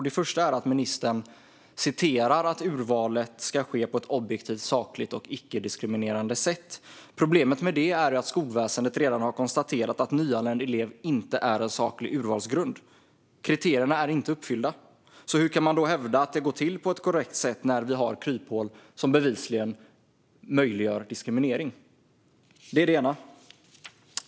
Det första är att ministern citerar att urvalet ska ske på ett objektivt, sakligt och icke-diskriminerande sätt. Problemet med det är att skolväsendet redan har konstaterat att nyanländ inte är en saklig urvalsgrund. Kriterierna är inte uppfyllda, så hur kan man då hävda att det går till på ett korrekt sätt när vi har kryphål som bevisligen möjliggör diskriminering?